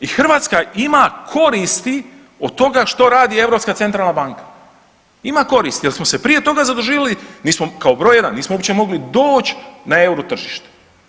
I Hrvatska ima koristi od toga što radi Europska centralna banka, ima koristi jer smo se prije zaduživali, nismo, kao broj jedan nismo uopće mogli doći na euro tržište.